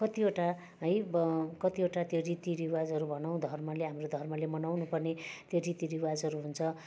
कतिवटा है कतिवटा त्यो रीतिरिवाजहरू भनौँ धर्मले हाम्रो धर्मले मनाउनु पर्ने त्यो रीतिरिवाजहरू हुन्छ